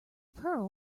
pearl